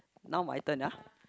now my turn ah